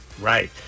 Right